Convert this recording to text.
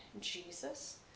Jesus